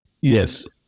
yes